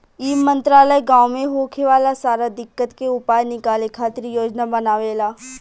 ई मंत्रालय गाँव मे होखे वाला सारा दिक्कत के उपाय निकाले खातिर योजना बनावेला